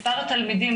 מספר התלמידים,